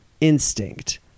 instinct